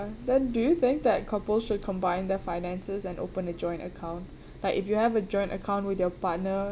then do you think that couples should combine their finances and open a joint account like if you have a joint account with your partner